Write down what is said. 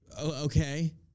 Okay